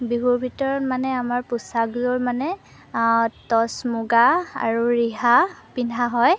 বিহুৰ ভিতৰত মানে আমাৰ পোচাকযোৰ মানে টছ মুগা আৰু ৰিহা পিন্ধা হয়